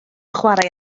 chware